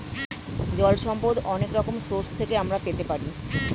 জল সম্পদ অনেক রকম সোর্স থেকে আমরা পেতে পারি